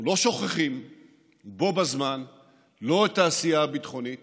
בו בזמן, אנחנו לא שוכחים לא את העשייה הביטחונית